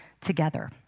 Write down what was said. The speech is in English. together